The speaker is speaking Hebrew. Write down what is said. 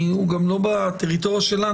הוא גם לא בטריטוריה שלנו,